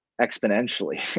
exponentially